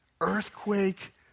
Earthquake